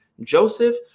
Joseph